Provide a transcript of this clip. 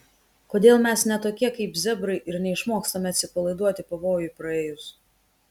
kodėl mes ne tokie kaip zebrai ir neišmokstame atsipalaiduoti pavojui praėjus